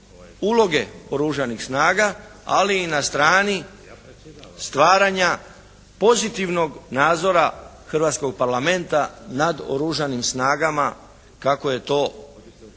uloge Oružanih snaga, ali i na strani stvaranja pozitivnog nadzora hrvatskog Parlamenta nad Oružanim snagama kako je to